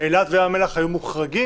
אילת וים המלח היו מוחרגים,